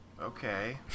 Okay